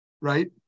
Right